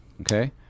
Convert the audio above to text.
Okay